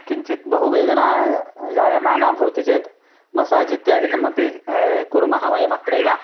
किञ्चित् बहुवेदना जायमाना भवति चेत् मसाज् इत्यादिकम् अपि कुर्मः वयम् अत्रैव